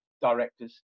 directors